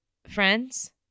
Friends